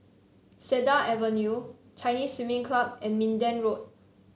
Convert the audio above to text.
Cedar Avenue Chinese Swimming Club and Minden Road